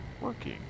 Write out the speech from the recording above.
working